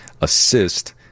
assist